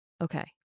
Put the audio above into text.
okay